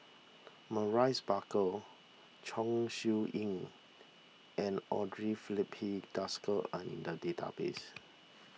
Maurice Baker Chong Siew Ying and andre Filipe Desker are in the database